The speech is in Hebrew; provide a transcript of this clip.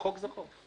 חוק זה חוק.